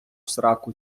сраку